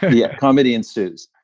yeah. comedy ensues.